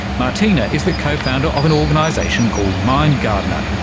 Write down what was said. martina is the cofounder of an organisation called mind gardener,